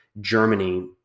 Germany